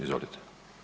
Izvolite.